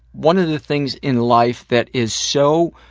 one of the things in life that is so,